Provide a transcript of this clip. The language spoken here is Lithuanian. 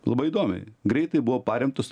labai įdomiai greitai buvo paremtas